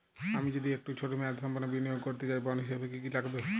আমি যদি একটু ছোট মেয়াদসম্পন্ন বিনিয়োগ করতে চাই বন্ড হিসেবে কী কী লাগবে?